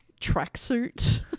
tracksuit